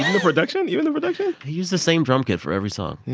and the production even the production? he used the same drum kit for every song yeah,